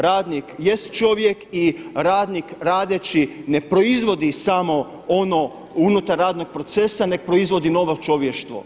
Radnik jest čovjek i radnik radeći ne proizvodi samo ono unutar radnog procesa, nego proizvodi novo čovještvo.